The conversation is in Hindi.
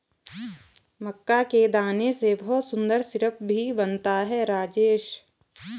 मक्का के दाने से बहुत सुंदर सिरप भी बनता है राजेश